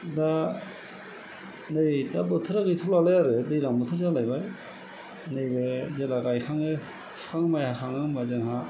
दा नै दा बोथोरा गैथ'लालाय आरो दैज्लां बोथोर जालायबाय नै बे जेला गायखाङो बिफां माइ हाखाङो होमबा जोंहा